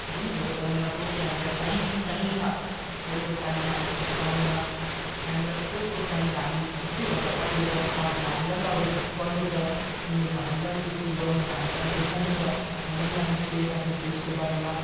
जिनिसहरू पाउँदैन जो कि हामीलाई चाहिँ चाहिन्छ अहिलेको टाइममा अहिलेको समयमा हामीलाई थुप्रै कुरो चाहिन्छ हामी कसै भन्दा पछाडि बस्नु सक्दैन हामीलाई पनि अघि बढनु छ जिन्दगीमा हामीलाई केही कुछ गर्नु छ हामीलाई देखाउनु छ हामीलाई पनि आफ्नो स्टेट आफ्नो देशको बारेमा